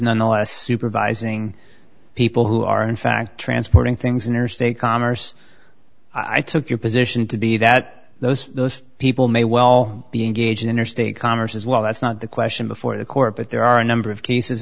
nonetheless supervising people who are in fact transporting things interstate commerce i took your position to be that those people may well be engaged in interstate commerce as well that's not the question before the court but there are a number of cases